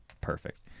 Perfect